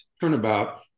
turnabout